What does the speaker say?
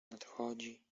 nadchodzi